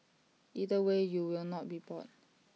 either way you will not be bored